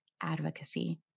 advocacy